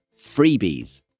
freebies